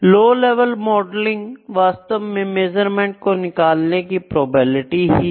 लो level modelling वास्तव में measurement को निकालने की प्रोबेबिलिटी ही है